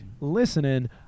Listening